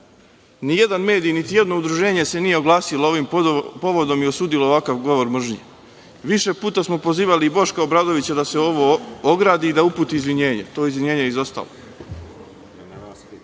Nijedan medij, niti jedno udruženje se nije oglasilo ovim povodom i osudilo ovakav govor mržnje. Više puta smo pozivali i Boška Obradovića da se od ovoga ogradi i da uputi izvinjenje. To izvinjenje je izostalo.